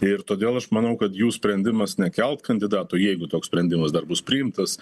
ir todėl aš manau kad jų sprendimas nekelt kandidatų jeigu toks sprendimas dar bus priimtas